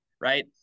right